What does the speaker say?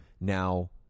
now